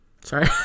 sorry